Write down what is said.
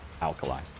alkali